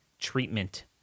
treatment